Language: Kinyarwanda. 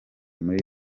muri